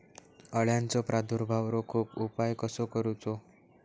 अळ्यांचो प्रादुर्भाव रोखुक उपाय कसो करूचो?